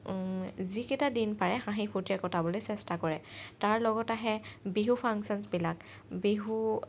যিকেইটা দিন পাৰে হাঁহি ফূৰ্ত্তিৰে কটাবলৈ চেষ্টা কৰে তাৰ লগতে আহে বিহু ফাংশ্যনচবিলাক বিহু